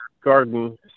garden